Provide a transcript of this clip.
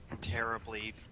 terribly